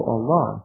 Allah